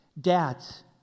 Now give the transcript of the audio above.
Dads